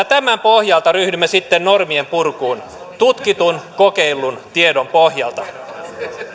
tämän pohjalta ryhdymme siten normien purkuun tutkitun kokeillun tiedon pohjalta